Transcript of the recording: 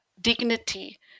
dignity